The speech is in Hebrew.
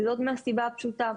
וזאת מהסיבה הפשוטה,